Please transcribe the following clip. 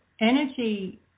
Energy